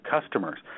customers